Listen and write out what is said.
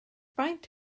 faint